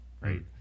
right